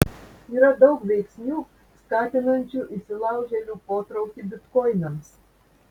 yra daug veiksnių skatinančių įsilaužėlių potraukį bitkoinams